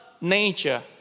nature